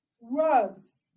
Words